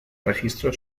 registro